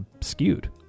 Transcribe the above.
skewed